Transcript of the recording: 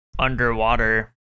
underwater